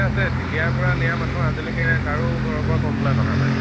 আছে তেতিয়াৰ পৰা নিয়া মানুহ আজিলৈকে কাৰো ঘৰৰ পৰা কমপ্লেইন অহা নাই